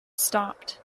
stopped